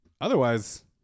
Otherwise